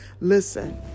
Listen